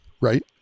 right